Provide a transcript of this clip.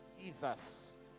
Jesus